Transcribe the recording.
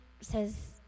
says